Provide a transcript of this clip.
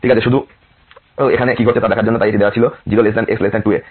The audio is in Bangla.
ঠিক আছে শুধু এখানে কি ঘটছে তা দেখার জন্য তাই এটি দেওয়া ফাংশন ছিল 0 x 2 এ